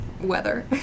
weather